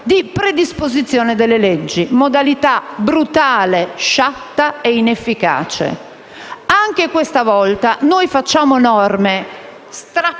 di predisposizione delle leggi. Modalità brutale, sciatta e inefficace. Anche questa volta facciamo norme strappate